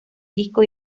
disco